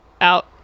out